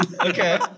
Okay